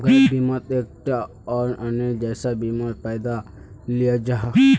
gap बिमात एक टा लोअनेर जैसा बीमार पैसा दियाल जाहा